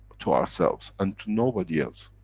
to ourselves, and to nobody else.